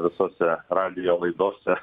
visose radijo laidose